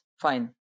fine